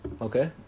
Okay